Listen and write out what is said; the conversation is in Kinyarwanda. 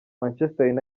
manchester